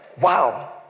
Wow